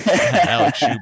Alex